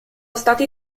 stati